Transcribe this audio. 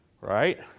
right